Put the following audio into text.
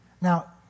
Now